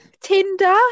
Tinder